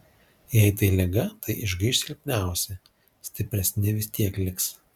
jei tai liga tai išgaiš silpniausi stipresni vis tiek liks